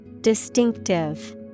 Distinctive